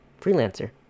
freelancer